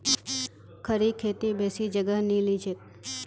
खड़ी खेती बेसी जगह नी लिछेक